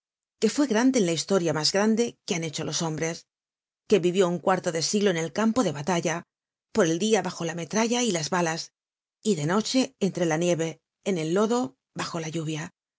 que fue grande en la historia mas grande que han hecho los hombres que vivió un cuarto de siglo en el campo de batalla por el dia bajo la metralla y las balas y de noche entre la nieve en el lodo bajo la lluvia